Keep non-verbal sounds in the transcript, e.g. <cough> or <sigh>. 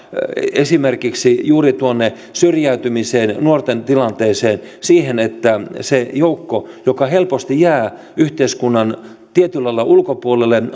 esimerkiksi juuri tuonne syrjäytymiseen nuorten tilanteeseen siihen että sille joukolle joka helposti jää tietyllä lailla yhteiskunnan ulkopuolelle <unintelligible>